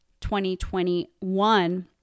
2021